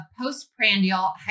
postprandial